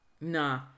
nah